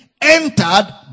entered